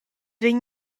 vegn